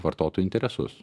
vartotojų interesus